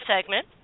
segment